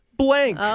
Blank